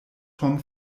vom